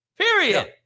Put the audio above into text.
period